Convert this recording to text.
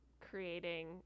creating